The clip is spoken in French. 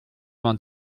vingt